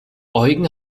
eugen